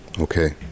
okay